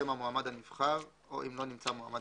שם המועמד הנבחר או אם לא נמצא מועמד